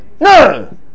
no